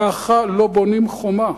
ככה לא בונים חומה.